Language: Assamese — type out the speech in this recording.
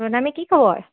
প্ৰণামী কি খবৰ